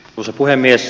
arvoisa puhemies